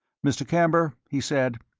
mr. camber, he said,